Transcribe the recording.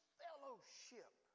fellowship